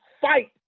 fight